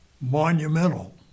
monumental